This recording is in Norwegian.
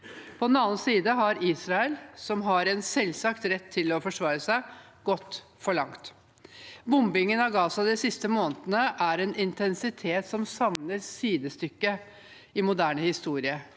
På den annen side har Israel, som har en selvsagt rett til å forsvare seg, gått for langt. Bombingen av Gaza de siste månedene er av en intensitet som savner sidestykke i moderne historie.